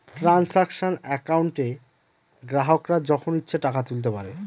transaction একাউন্টে গ্রাহকরা যখন ইচ্ছে টাকা তুলতে পারবে